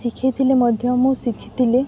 ଶିଖେଇଥିଲେ ମଧ୍ୟ ମୁଁ ଶିଖିଥିଲି